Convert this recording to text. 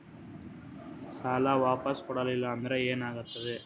ಸಾಲ ವಾಪಸ್ ಕೊಡಲಿಲ್ಲ ಅಂದ್ರ ಏನ ಆಗ್ತದೆ?